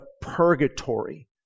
purgatory